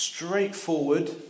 straightforward